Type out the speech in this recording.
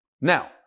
Now